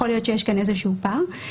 יכול להיות שיש כאן איזשהו פער.